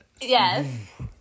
Yes